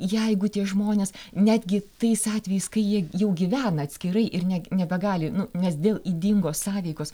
jeigu tie žmonės netgi tais atvejais kai jie jau gyvena atskirai ir ne nebegali nes dėl ydingos sąveikos